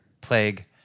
plague